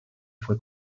fue